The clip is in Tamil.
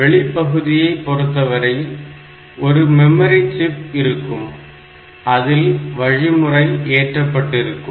வெளி பகுதியை பொறுத்தவரை ஒரு மெமரி சிப் இருக்கும் அதில் வழிமுறை ஏற்றப்பட்டிருக்கும்